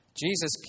Jesus